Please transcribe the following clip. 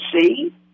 see